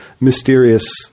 mysterious